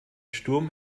sturm